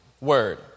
word